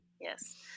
Yes